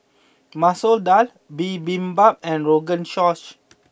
Masoor Dal Bibimbap and Rogan Josh